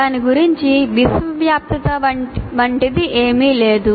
దాని గురించి విశ్వవ్యాప్తత వంటిది ఏదీ లేదు